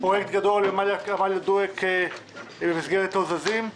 פרויקט גדול עם עמליה דואק במסגרת "לא זזים".